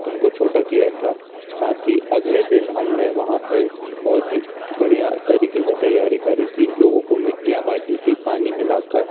उनको छोटा किया था साथ ही अगले दिन हम ने वहाँ पर बहुत ही बढ़िया तरीके से तैयारी करी थी लोगों को मिट्टियाँ बाँटी थी पानी मिला कर